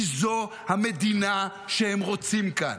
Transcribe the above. כי זו המדינה שהם רוצים כאן.